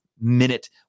minute